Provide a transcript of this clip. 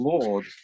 Lord